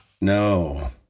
No